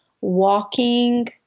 walking